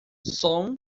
som